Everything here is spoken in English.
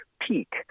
peak